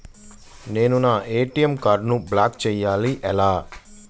నేను నా ఏ.టీ.ఎం కార్డ్ను బ్లాక్ చేయాలి ఎలా?